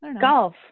Golf